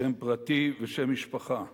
שם פרטי ושם משפחה,